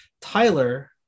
Tyler